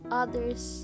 other's